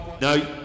No